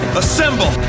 assemble